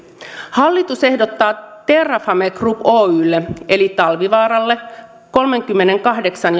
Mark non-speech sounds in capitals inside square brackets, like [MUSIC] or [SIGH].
hallitus ehdottaa terrafame group oylle eli talvivaaralle kolmenkymmenenkahdeksan [UNINTELLIGIBLE]